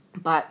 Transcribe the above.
but